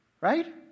Right